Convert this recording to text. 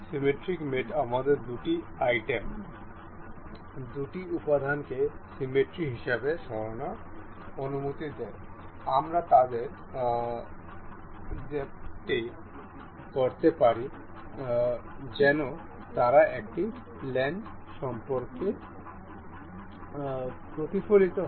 symmetric মেট আমাদের দুটি আইটেম দুটি উপাদানকে সিমেট্রি হিসাবে সরানোর অনুমতি দেয় আমরা তাদের দম্পতি করতে পারি যেন তারা একটি প্লেন সম্পর্কে প্রতিফলিত হয়